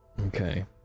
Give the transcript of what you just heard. Okay